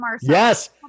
yes